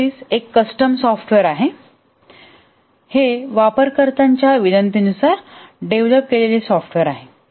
service एक custom software आहे हे वापरकर्त्यांच्या विनंतीनुसार डेव्हलप केलेले सॉफ्टवेअर आहे